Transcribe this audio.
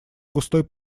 густой